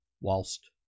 whilst